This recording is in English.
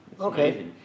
Okay